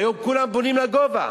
היום כולם בונים לגובה